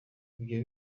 ibyo